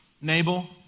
Nabal